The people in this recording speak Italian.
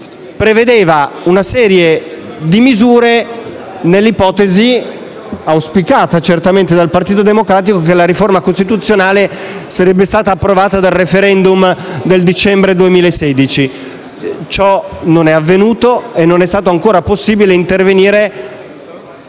prevedeva una serie di misure nell'ipotesi - auspicata certamente dal Partito Democratico - che la riforma costituzionale sarebbe stata approvata dal *referendum* del dicembre 2016. Ciò non è avvenuto e non è stato ancora possibile intervenire